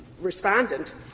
respondent